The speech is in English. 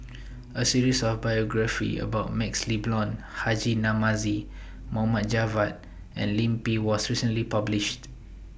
A series of biographies about MaxLe Blond Haji Namazie Mohd Javad and Lim Pin was recently published